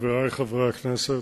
חברי חברי הכנסת,